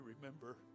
remember